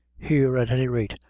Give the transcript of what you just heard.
here, at any rate,